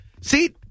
See